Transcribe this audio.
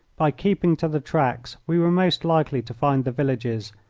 by keeping to the tracks we were most likely to find the villages,